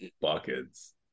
buckets